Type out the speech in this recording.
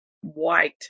white